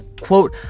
Quote